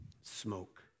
Smoke